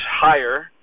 higher